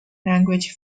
language